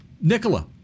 Nicola